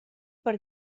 per